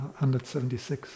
176